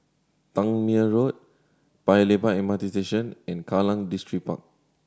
Tangmere Road Paya Lebar M R T Station and Kallang Distripark